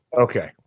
Okay